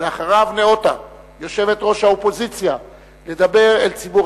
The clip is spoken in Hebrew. ולאחריו ניאותה יושבת-ראש האופוזיציה לדבר אל ציבור